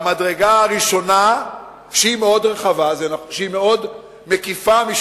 המדרגה הראשונה היא מקיפה מאוד,